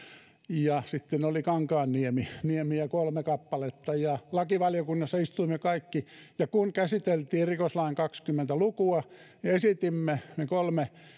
ja sitten oli kankaanniemi niemiä kolme kappaletta lakivaliokunnassa istuimme kaikki ja kun käsiteltiin rikoslain kaksikymmentä lukua esitimme me kolme